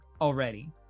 already